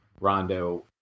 Rondo